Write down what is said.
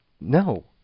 No